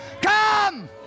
come